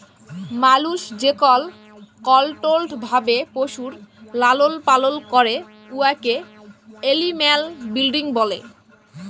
মালুস যেকল কলট্রোল্ড ভাবে পশুর লালল পালল ক্যরে উয়াকে এলিম্যাল ব্রিডিং ব্যলে